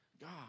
God